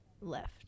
left